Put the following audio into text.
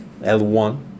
L1